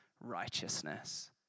righteousness